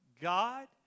God